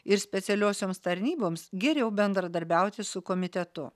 ir specialiosioms tarnyboms geriau bendradarbiauti su komitetu